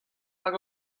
hag